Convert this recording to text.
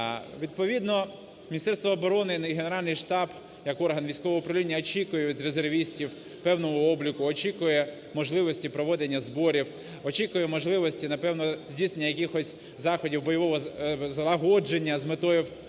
Відповідно Міністерство оборони і Генеральний штаб як орган військового управління очікує від резервістів певного обліку, очікує можливості проведення зборів, очікує можливості, напевно, здійснення якихось заходів бойового залагодження з метою в